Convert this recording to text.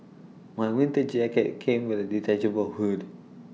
my winter jacket came with A detachable hood